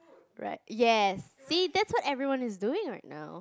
right yes see that's what everyone is doing right now